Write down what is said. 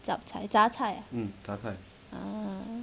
chap chye 杂菜 ah